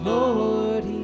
Lord